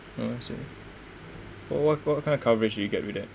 um so what what what kind of coverage do you get with that